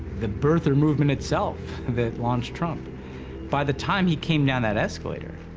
the birther movement itself that launched trump by the time he came down that escalator,